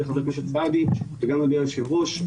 חבר הכנסת סעדי וגם על ידי היושב ראש.